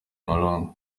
malonga